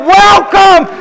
welcome